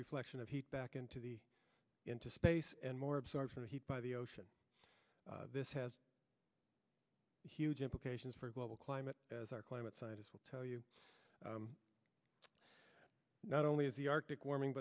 reflection of heat back into the into space and more absorption of heat by the ocean this has huge implications for global climate as our climate scientists will tell you not only is the arctic warming